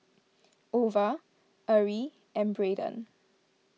Ova Arie and Braedon